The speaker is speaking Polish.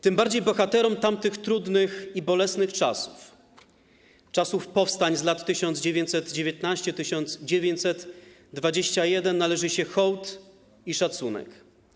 Tym bardziej bohaterom tamtych trudnych i bolesnych czasów, czasów powstań z lat 1919-1921, należy się hołd i szacunek.